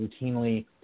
routinely